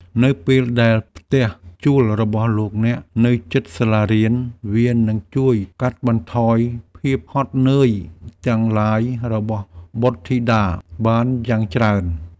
នៅពេលដែលផ្ទះជួលរបស់លោកអ្នកនៅជិតសាលារៀនវានឹងជួយកាត់បន្ថយភាពហត់នឿយទាំងឡាយរបស់បុត្រធីតាបានយ៉ាងច្រើន។